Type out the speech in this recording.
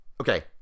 okay